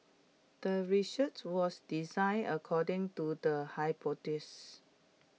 the research was designed according to the hypothesis